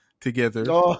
together